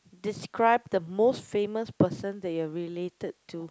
describe the most famous person that you're related to